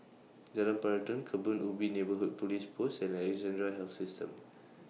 Jalan Peradun Kebun Ubi Neighbourhood Police Post and Alexandra Health System